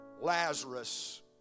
Lazarus